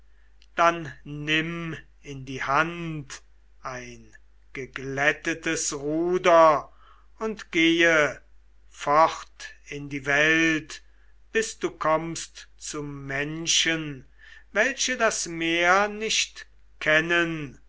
dann nimm in die hand ein geglättetes ruder und gehe fort in die welt bis du kommst zu menschen welche das meer nicht kennen